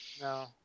No